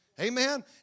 Amen